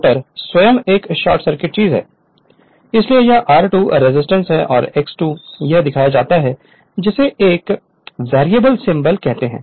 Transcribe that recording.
rotor स्वयं एक short circuit चीज है इसलिए यह r2 रेजिस्टेंस है यह X2 है यह दिया जाता है जिसे एक वेरिएबल सिंबल कहते हैं